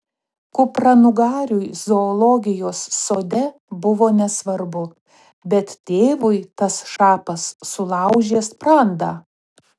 kupranugariui zoologijos sode buvo nesvarbu bet tėvui tas šapas sulaužė sprandą